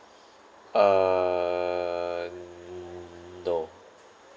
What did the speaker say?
uh no